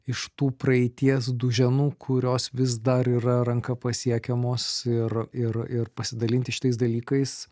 iš tų praeities duženų kurios vis dar yra ranka pasiekiamos ir ir ir pasidalinti šitais dalykais